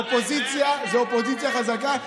אופוזיציה זו אופוזיציה חזקה.